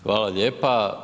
Hvala lijepa.